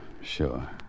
sure